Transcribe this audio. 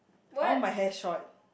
I want my hair short